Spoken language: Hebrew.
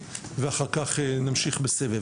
ואחר כך נמשיך בסבב.